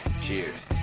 Cheers